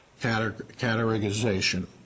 categorization